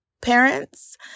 parents